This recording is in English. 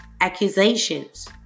accusations